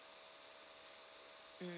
mm